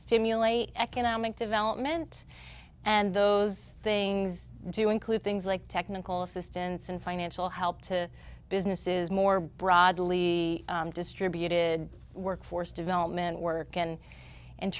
stimulate economic development and those things do include things like technical assistance and financial help to businesses more broadly distributed workforce development work and and